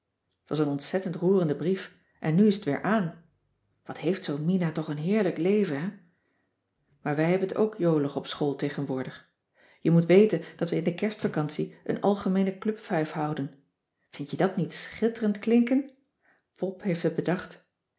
t was een ontzettend roerende brief en nu is t weer aan wat heeft zoo'n mina toch een heerlijk leven hè maar wij hebben t ook jolig op school tegenwoordig je moet weten dat we in de kerst vacantie een algemeene clubfuif houden vind je dat niet schitterend klinken pop heeft het bedacht